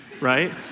right